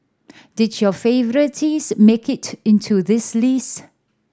did your favourites make it into this list